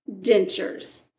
dentures